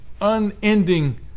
unending